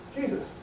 Jesus